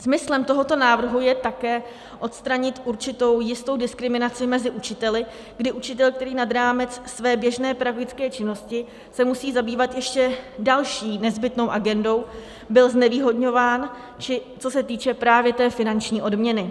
Smyslem tohoto návrhu je také odstranit určitou jistou diskriminaci mezi učiteli, kdy učitel, který nad rámec své běžné pedagogické činnosti se musí zabývat ještě další nezbytnou agendou, byl znevýhodňován, či co se týče právě té finanční odměny.